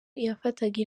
yafataga